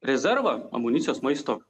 rezervą amunicijos maisto